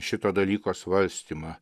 šito dalyko svarstymą